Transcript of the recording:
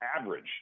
average